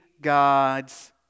God's